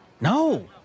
no